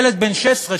ילד בן 16,